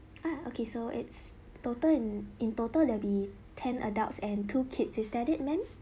ah okay so it's total in in total there'll be ten adults and two kids is that it ma'am